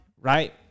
right